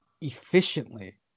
efficiently